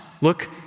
look